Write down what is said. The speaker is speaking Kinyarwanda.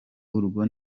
urwo